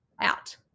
out